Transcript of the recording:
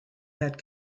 had